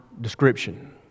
description